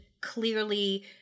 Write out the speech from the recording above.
Clearly